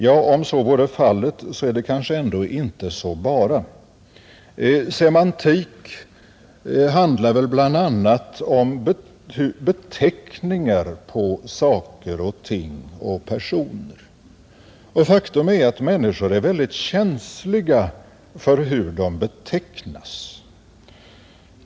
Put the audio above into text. Ja, om så vore fallet så är det kanske ändå inte så ”bara”. Semantik handlar väl bl.a. om beteckningar på saker och ting och personer. Faktum är att människor är väldigt känsliga för hur de betecknas.